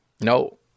No